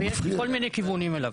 יש כל מיני כיוונים אליו.